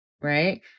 right